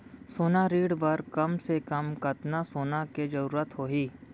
सोना ऋण बर कम से कम कतना सोना के जरूरत होही??